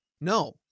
no